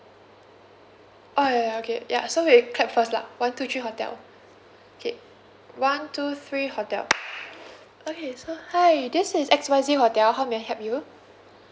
uh ya ya ya okay ya so we clap first lah one two three hotel okay one two three hotel okay so hi this is X Y Z hotel how may I help you